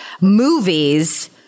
movies